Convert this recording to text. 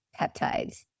peptides